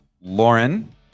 lauren